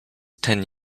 ten